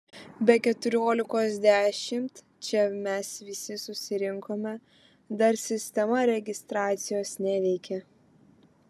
be keturiolikos dešimt čia mes visi susirinkome dar sistema registracijos neveikė